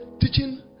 teaching